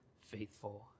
faithful